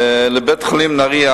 לבית-החולים נהרייה,